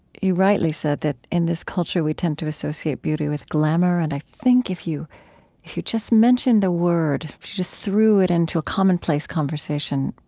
you rightly said that in this culture we tend to associate beauty with glamour. and i think if you you just mentioned the word, if you just threw it into a commonplace conversation,